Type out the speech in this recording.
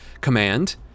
command